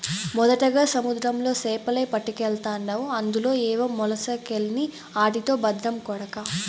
మొదటగా సముద్రంలో సేపలే పట్టకెల్తాండావు అందులో ఏవో మొలసకెల్ని ఆటితో బద్రం కొడకా